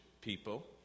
people